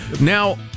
Now